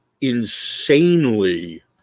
insanely